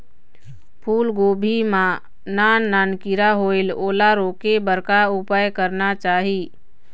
फूलगोभी मां नान नान किरा होयेल ओला रोके बर का उपाय करना चाही?